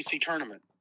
tournament